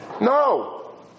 no